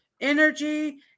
energy